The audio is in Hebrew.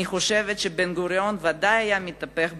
אני חושבת שבן-גוריון ודאי היה מתהפך בקברו.